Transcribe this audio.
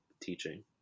teaching